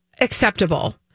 acceptable